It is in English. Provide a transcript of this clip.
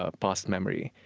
ah past memory.